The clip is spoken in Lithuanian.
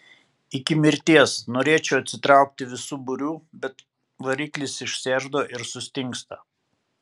iki mirties norėčiau atsitraukti visu būriu bet variklis išsiardo ir sustingsta